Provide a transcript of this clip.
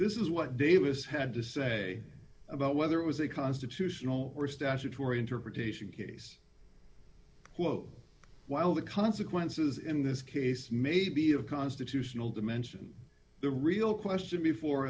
this is what davis had to say about whether it was a constitutional or statutory interpretation case quote while the consequences in this case may be of constitutional dimension the real question before